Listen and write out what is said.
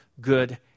good